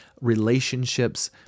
relationships